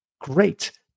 great